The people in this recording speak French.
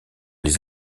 les